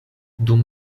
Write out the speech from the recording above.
dum